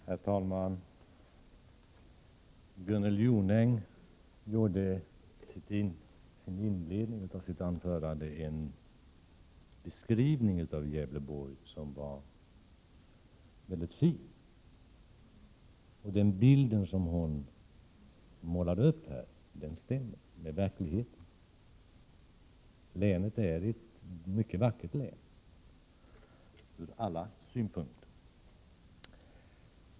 Herr talman! Gunnel Jonäng gjorde i inledningen av sitt anförande en beskrivning av Gävleborg som var mycket fin. Den bild som hon målade upp stämmer med verkligheten — länet är ett mycket vackert län, ur alla synpunkter.